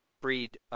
breed